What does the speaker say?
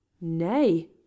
Nay